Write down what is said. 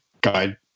guide